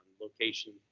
location